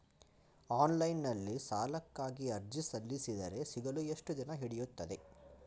Online ನಲ್ಲಿ ಸಾಲಕ್ಕಾಗಿ ಅರ್ಜಿ ಸಲ್ಲಿಸಿದರೆ ಸಿಗಲು ಎಷ್ಟು ದಿನ ಹಿಡಿಯುತ್ತದೆ?